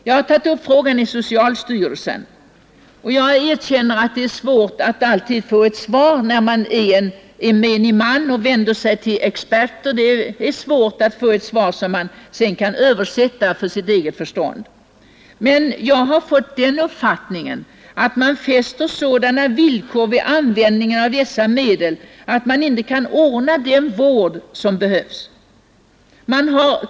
Jag har tagit upp frågan i socialstyrelsen. Jag erkänner att det för ”menig man” kan vara svårt att få ett expertsvar översatt till sitt eget förstånd, men jag har fått den uppfattningen att det har fästs sådana villkor för användningen av dessa medel att de inte kan användas för den vård som verkligen behövs.